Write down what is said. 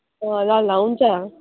अँ ल ल हुन्छ